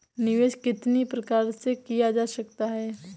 निवेश कितनी प्रकार से किया जा सकता है?